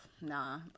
nah